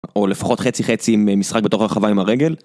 או לפחות חצי חצי עם משחק בתוך הרחבה עם הרגל.